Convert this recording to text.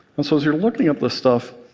and so as you're looking at this stuff,